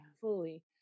fully